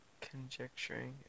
conjecturing